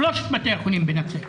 שלושת בתי החולים בנצרת.